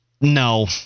No